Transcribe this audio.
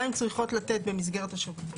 מה הן צריכות לתת במסגרת השירותים.